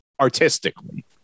Artistically